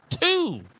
two